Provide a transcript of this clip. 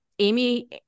Amy